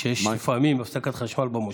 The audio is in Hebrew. כשיש לפעמים הפסקת חשמל במושב,